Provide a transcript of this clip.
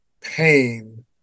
pain